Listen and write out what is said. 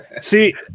see